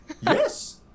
Yes